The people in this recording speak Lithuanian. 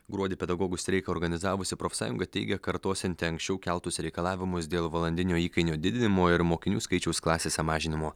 gruodį pedagogų streiką organizavusi profsąjunga teigia kartosianti anksčiau keltus reikalavimus dėl valandinio įkainio didinimo ir mokinių skaičiaus klasėse mažinimo